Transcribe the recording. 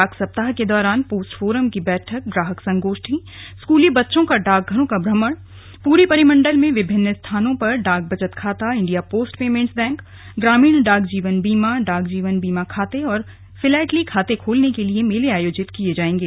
डाक सप्ताह के दौरान पोस्ट फोरम की बैठक ग्राहक संगोष्ठी स्कूली बच्चों का डाकघरों का भ्रमण पूरे परिमंडल में विभिन्न स्थानों पर डाक बचत खाता इंडिया पोस्ट पेमेन्ट्स बैंक ग्रामीण डाक जीवन बीमा डाक जीवन बीमा खाते और फिलैटली खाते खोलने के लिए मेले आयोजित किए जाएंगे